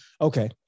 okay